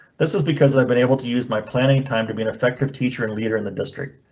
this is because i've been able to use my planning time to be an effective teacher and leader in the district.